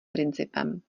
principem